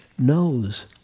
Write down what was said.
knows